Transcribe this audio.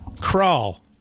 crawl